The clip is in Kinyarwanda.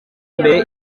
mbere